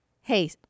Hey